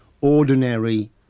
ordinary